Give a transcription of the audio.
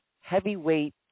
heavyweight